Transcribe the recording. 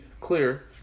Clear